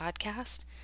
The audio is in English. podcast